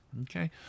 Okay